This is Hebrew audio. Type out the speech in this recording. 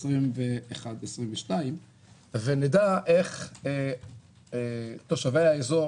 2022-2021 ונדע איך תושבי האזור